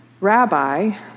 Rabbi